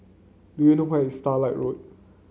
do you know where is Starlight Road